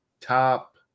top